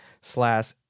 slash